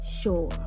Sure